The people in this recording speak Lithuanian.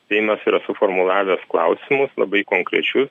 seimas yra suformulavęs klausimus labai konkrečiu